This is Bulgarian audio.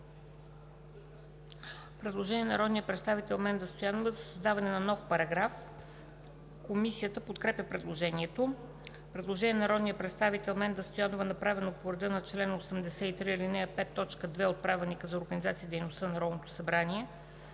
предложение на народния представител Менда Стоянова за създаване на нов параграф. Комисията подкрепя предложението. Предложение на народния представител Менда Стоянова, направено по реда на чл. 83, ал. 5, т. 2 от Правилника за организацията и дейността на Народното събрание.